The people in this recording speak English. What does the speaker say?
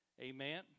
Amen